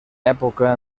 època